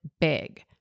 big